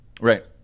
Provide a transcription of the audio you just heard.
right